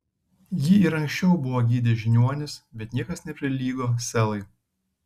jį ir anksčiau buvo gydę žiniuonys bet niekas neprilygo selai